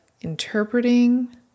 interpreting